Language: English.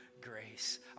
grace